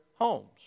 homes